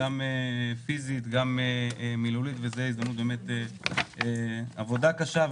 גם פיזית וגם מילולית וזאת הזדמנות לחזק אותם על העבודה קשה.